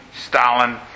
Stalin